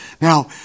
Now